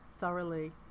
thoroughly